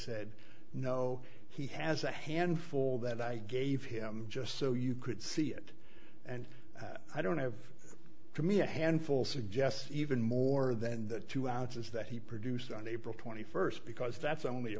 said no he has a handful that i gave him just so you could see it and i don't have to me a handful suggest even more than the two ounces that he produced on april twenty first because that's only a